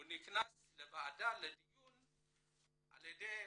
הוא נכנס לדיון על ידי